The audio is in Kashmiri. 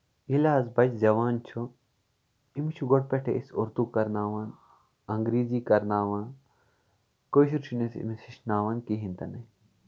ییٚلہِ حظ بَچہٕ زیٚوان چھُ أمِس چھِ گۄڈٕ پٮ۪ٹھٕے أسۍ اُردو کرناوان اَنگریٖزی کرناوان کٲشُر چھِ نہٕ أمِس أسۍ ہیٚچھناوان کِہینۍ تہِ نٕے